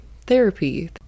therapy